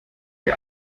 die